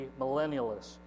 millennialists